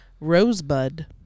Rosebud